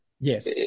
Yes